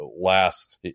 last